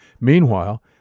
Meanwhile